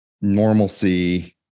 normalcy